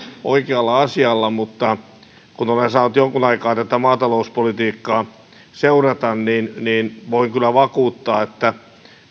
oikealla asialla mutta kun olen saanut jonkun aikaa tätä maatalouspolitiikkaa seurata niin niin voin kyllä vakuuttaa että